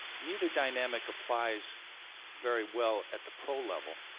neither dynamic applies very well at the pro level.